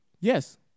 Yes